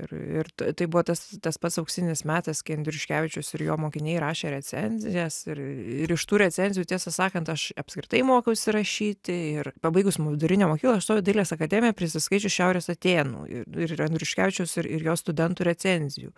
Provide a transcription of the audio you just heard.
ir ir ta tai buvo tas tas pats auksinis metas kai andriuškevičius ir jo mokiniai rašė recenzijas ir ir iš tų recenzijų tiesą sakant aš apskritai mokiausi rašyti ir pabaigus vidurinę mokyklą aš stojau į dailės akademiją prisiskaičius šiaurės atėnų ir andriuškevičiaus ir ir jo studentų recenzijų